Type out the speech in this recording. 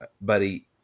buddy